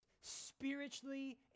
spiritually